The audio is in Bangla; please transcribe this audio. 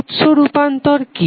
উৎস রূপান্তর কি